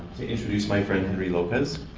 to introduce my friend henry lopez,